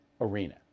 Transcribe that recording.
arena